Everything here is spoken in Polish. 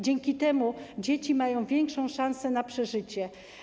Dzięki temu dzieci mają większą szansę na przeżycie.